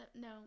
No